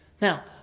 Now